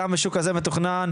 גם השוק הזה מתוכנן.